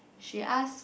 she ask